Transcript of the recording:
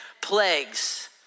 plagues